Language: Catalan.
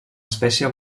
espècie